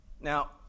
Now